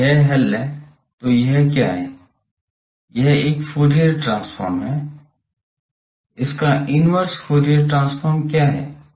अब यह हल है तो यह क्या है यह एक फूरियर ट्रांसफॉर्म है इसका इनवर्स फूरियर ट्रांसफॉर्म क्या है